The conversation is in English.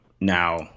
now